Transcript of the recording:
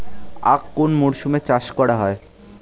আখ কোন মরশুমে চাষ করা হয়?